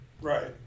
Right